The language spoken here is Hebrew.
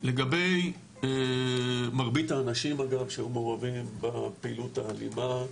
לגבי מרבית האנשים אגב שהיו מעורבים בפעילות האלימה,